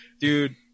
Dude